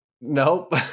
nope